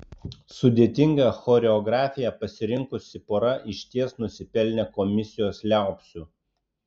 sudėtingą choreografiją pasirinkusi pora išties nusipelnė komisijos liaupsių